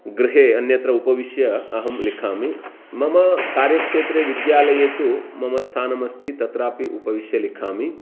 गृहे अन्यत्र उपविश्य अहं लिखामि मम कार्यक्षेत्रे विद्यालेये तु मम स्थानमस्ति तत्रापि उपविश्य लिखामि